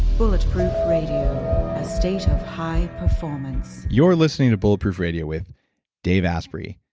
bulletproof radio, a state of high performance. you're listening to bulletproof radio with dave asprey.